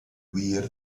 wir